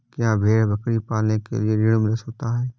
क्या भेड़ बकरी पालने के लिए ऋण मिल सकता है?